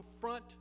front